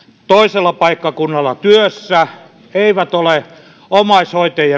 toisella paikkakunnalla työssä eivät ole omaishoitajien